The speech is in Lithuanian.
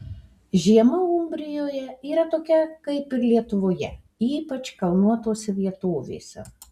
žiema umbrijoje yra tokia kaip ir lietuvoje ypač kalnuotose vietovėse